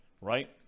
right